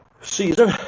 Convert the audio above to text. season